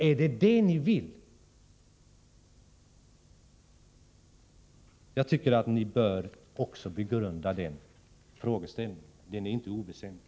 Är det det ni vill? Jag tycker att ni bör begrunda också den frågeställningen — den är inte oväsentlig.